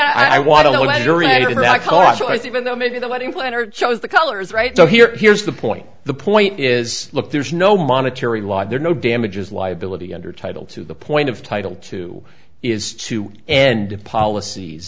choice even though maybe the wedding planner chose the colors right so here here's the point the point is look there's no monetary law there no damages liability under title to the point of title two is two and policies